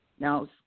Now